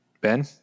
Ben